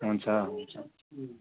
हुन्छ